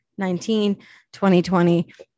2020